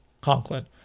Conklin